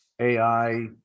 AI